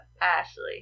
Ashley